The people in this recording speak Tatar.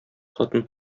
хатын